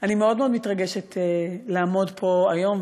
אני מאוד מאוד מתרגשת לעמוד פה היום,